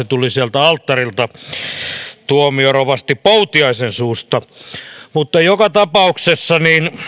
tuli sieltä alttarilta tuomiorovasti poutiaisen suusta mutta joka tapauksessa